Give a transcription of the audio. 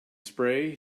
spray